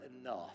enough